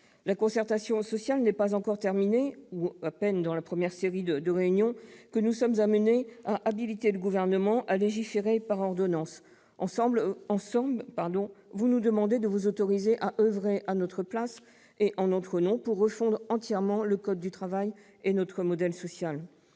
La concertation sociale n'est pas encore terminée que nous sommes amenés à habiliter le Gouvernement à légiférer par ordonnances. En somme, vous nous demandez de vous autoriser à oeuvrer à notre place et en notre nom pour refondre entièrement le code du travail et notre modèle social